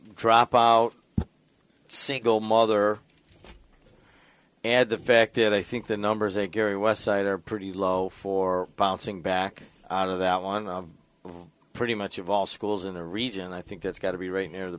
drop a single mother and the fact is i think the numbers a gary west side are pretty low for bouncing back out of that on the pretty much of all schools in the region i think that's got to be right near the